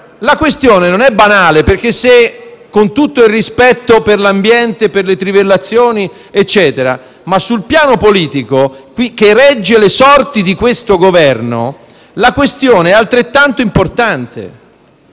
La questione non è banale, perché - con tutto il rispetto per l'ambiente e il tema delle trivellazioni - sul piano politico, che regge le sorti di questo Governo, la questione è altrettanto importante.